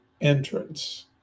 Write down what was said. entrance